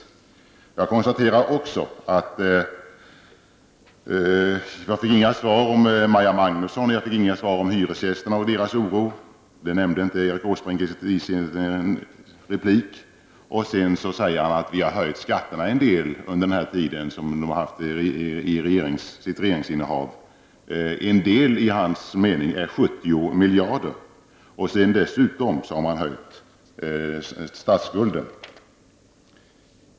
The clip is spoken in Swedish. Vidare konstaterar jag att jag inte fått några svar beträffande Maria Magnusson eller beträffande hyresgästerna och deras oro. Erik Åsbrink nämnde inte något om de sakerna i sin replik. Han sade: Vi har höjt skatterna en del under vårt regeringsinnehav. Det talas om 70 miljarder. Dessutom har man ju ökat statsskulden.